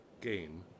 game